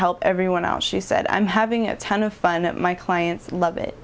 help everyone else she said i'm having a ton of fun at my clients love it